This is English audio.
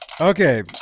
Okay